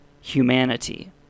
humanity